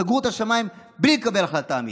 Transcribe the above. סגרו את השמיים בלי לקבל החלטה אמיתית.